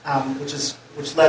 out which is which led